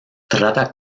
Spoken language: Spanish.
trata